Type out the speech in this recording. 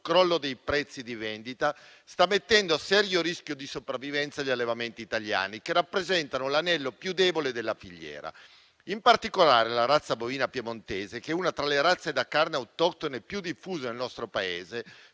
crollo dei prezzi di vendita sta mettendo a serio rischio di sopravvivenza gli allevamenti italiani, che rappresentano l'anello più debole della filiera. In particolare, la razza bovina piemontese, che è una tra le razze da carne autoctone più diffuse nel nostro Paese,